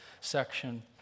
section